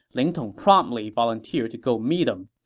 ling tong promptly volunteered to go meet him.